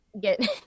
get